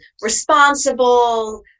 responsible